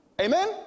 Amen